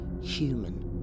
human